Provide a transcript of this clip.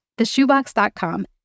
theshoebox.com